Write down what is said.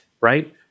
right